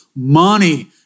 money